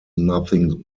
nothing